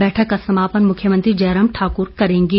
बैठक का समापन मुख्यमंत्री जयराम ठाक्र करेंगे